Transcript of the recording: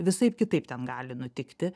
visaip kitaip ten gali nutikti